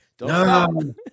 no